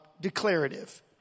declarative